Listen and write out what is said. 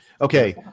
Okay